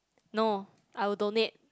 no I will donate